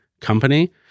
company